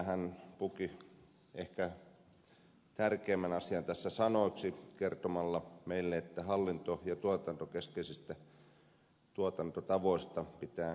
hän puki ehkä tärkeimmän asian tässä sanoiksi kertomalla meille että hallinto ja tuotantokeskeisistä tuotantotavoista pitää pyrkiä asiakaskeskeiseen tuotantotapaan